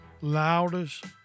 Loudest